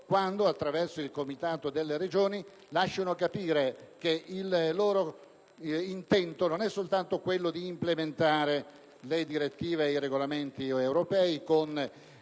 quando, attraverso il comitato delle Regioni, hanno lasciato intendere che il loro intento non è soltanto quello di implementare le direttive e i regolamenti europei con